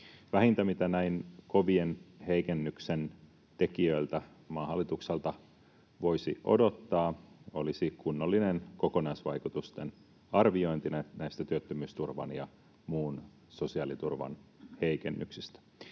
Vähintä, mitä näin kovien heikennysten tekijöiltä, maan hallitukselta, voisi odottaa, olisi kunnollinen kokonaisvaikutusten arviointi työttömyysturvan ja muun sosiaaliturvan heikennyksistä.